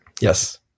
Yes